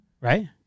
right